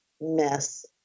mess